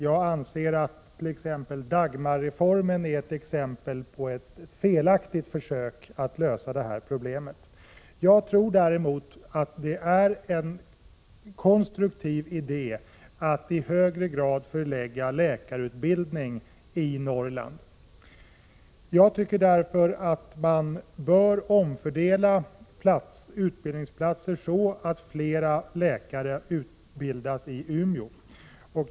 Jag anser att Dagmarreformen är ett exempel på ett felaktigt försök att lösa detta problem. Däremot är det en konstruktiv idé att i högre grad förlägga läkarutbildning i Norrland. Därför bör utbildningsplatser omfördelas så att flera läkare utbildas i Umeå.